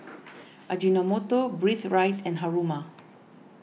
Ajinomoto Breathe Right and Haruma